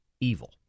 evil